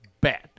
bad